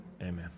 Amen